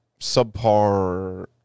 subpar